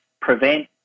prevent